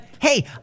Hey